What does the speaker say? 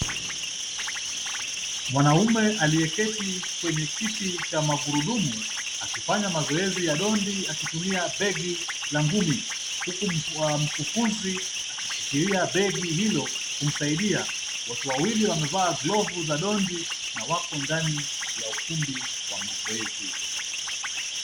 Mwanaume aliyeketi kwenye kiti cha magurudumu akifanya mazoezi ya ndondi akitumia begi la ngumi, huku mkufunzi akishikilia begi hilo kumsaidia, watu wawili wamevaa glavu za ndondi na wako ndani ya ukumbi wa mazoezi.